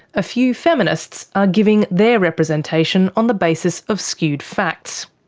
a few feminists are giving their representation on the basis of skewed facts.